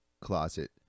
closet